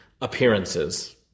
appearances